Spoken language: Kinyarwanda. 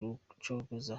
rucogoza